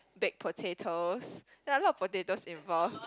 baked potatoes yea a lot of potatoes involved